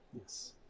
Yes